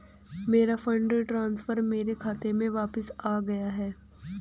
मेरा fund transfer मेरे खाते में वापस आ गया है